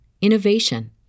innovation